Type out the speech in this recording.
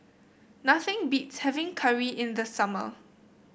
nothing beats having curry in the summer